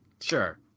sure